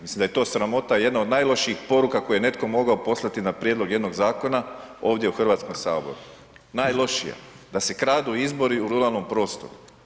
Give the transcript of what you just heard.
Mislim da je to sramota jedna od najlošijih poruka koje je netko mogao poslati na prijedlog jednog zakona ovdje u Hrvatskom saboru, najlošija, da se kradu izbori u ruralnom prostoru.